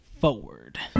Forward